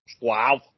Wow